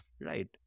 right